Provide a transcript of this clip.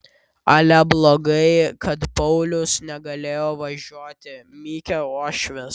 ale blogai kad paulius negalėjo važiuoti mykė uošvis